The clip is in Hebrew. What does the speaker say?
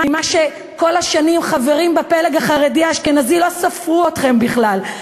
כל השנים חברים בפלג החרדי האשכנזי לא ספרו אתכם בכלל,